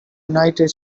united